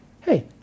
hey